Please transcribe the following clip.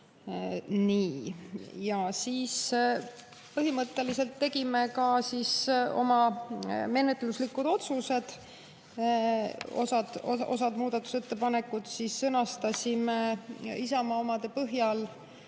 nii. Ja siis põhimõtteliselt tegime ka oma menetluslikud otsused. Osad muudatusettepanekud sõnastasime Isamaa omade põhjal